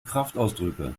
kraftausdrücke